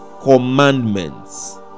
commandments